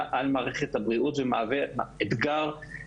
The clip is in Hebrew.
על מערכת הבריאות ומהווה אתגר בלתי רגיל,